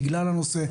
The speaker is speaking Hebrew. בגלל הנושא.